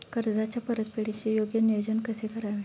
कर्जाच्या परतफेडीचे योग्य नियोजन कसे करावे?